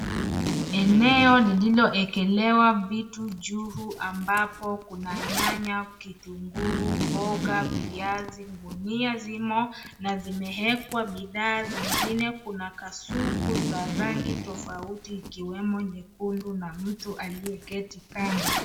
Eneo lililowekelewa vitu juu ambapo kuna nyanya, kitunguu , mboga , viazi. Gunia zimo na zimewekwa bidhaa zingine. Kuna kasuku za rangi tofauti ikiwemo nyekundu na mtu aliyeketi kando.